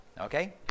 okay